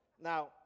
Now